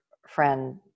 friend